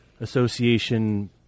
Association